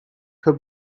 her